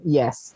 yes